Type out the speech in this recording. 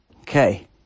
okay